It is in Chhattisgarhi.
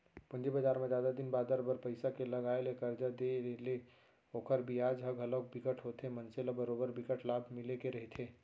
पूंजी बजार म जादा दिन बादर बर पइसा के लगाय ले करजा देय ले ओखर बियाज ह घलोक बिकट होथे मनसे ल बरोबर बिकट लाभ मिले के रहिथे